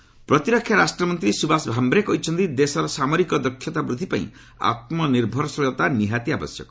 ଭାମ୍ବରେ ପ୍ରତିରକ୍ଷା ରାଷ୍ଟ୍ରମନ୍ତ୍ରୀ ସୁଭାସ ଭାମ୍ବରେ କହିଛନ୍ତି ଦେଶର ସାମରିକ ଦକ୍ଷତା ବୃଦ୍ଧି ପାଇଁ ଆତ୍କ ନିର୍ଭରଶୀଳତା ନିହାତି ଆବଶ୍ୟକ